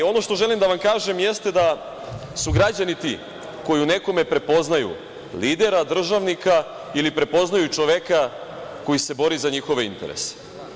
Ono što želim da vam kažem jeste da su građani ti koji u nekome prepoznaju lidera, državnika ili prepoznaju čoveka koji se bori za njihove interese.